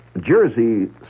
Jersey